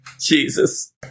Jesus